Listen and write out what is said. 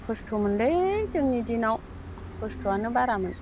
खस्थ' मोनलै जोंनि दिनाव खस्थ'आनो बारामोन